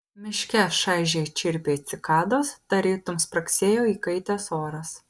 miške šaižiai čirpė cikados tarytum spragsėjo įkaitęs oras